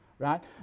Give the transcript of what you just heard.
Right